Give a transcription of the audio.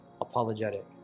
apologetic